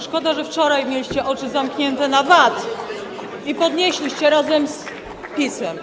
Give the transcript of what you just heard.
Szkoda, że wczoraj mieliście oczy zamknięte na sprawę VAT-u i podnieśliście go razem z PiS-em.